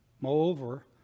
Moreover